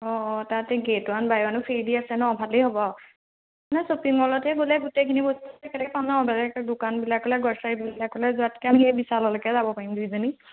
অঁ অঁ তাতে গেট ৱান বাই ৱানো ফ্ৰী দি আছে ন ভালেই হ'ব নাই শ্বপিং মলতে বোলে গোটেইখিনি বস্তু একেলগে পাম ন বেলেগ দোকানবিলাকলৈ গ্ৰছাৰীবিলাকলৈ যোৱাতকৈ আমি এই বিশাললৈকে যাব পাৰিম দুইজনী